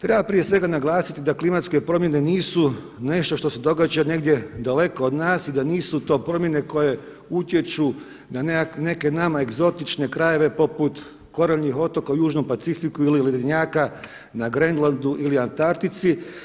Treba prije svega naglasiti da klimatske promjene nisu nešto što se događa negdje daleko od nas i da nisu to promjene koje utječu na neke nama egzotične krajeve poput koraljnih otoka u južnom Pacifiku ili ledenjaka na Grenlandu ili Antartici.